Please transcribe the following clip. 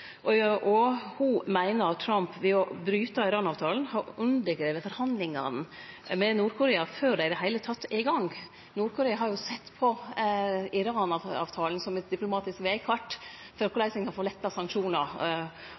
og Nord-Korea her i Noreg. Ho meiner Trump, ved å bryte Iran-avtalen, har undergrave forhandlingane med Nord-Korea før dei i det heile er i gang. Nord-Korea har jo sett på Iran-avtalen som eit diplomatisk vegkart for korleis ein kan få letta sanksjonar.